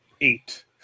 Eight